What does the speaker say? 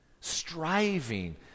striving